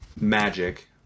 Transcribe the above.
magic